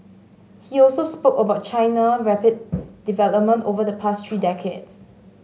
he also spoke about China rapid development over the past three decades